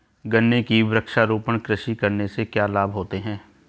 गन्ने की वृक्षारोपण कृषि करने से क्या लाभ होते हैं?